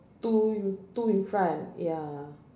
two two in front ya